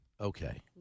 okay